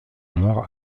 noir